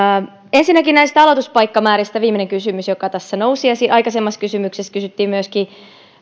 ensinnäkin aloituspaikkamääristä viimeinen kysymys joka tässä nousi esiin aikaisemmassa kysymyksessä kysyttiin myöskin sitä